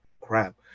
crap